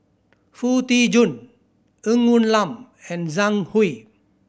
Foo Tee Jun Ng Woon Lam and Zhang Hui